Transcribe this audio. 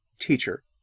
teacher